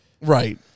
Right